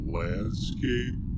landscape